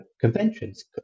conventions